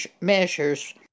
measures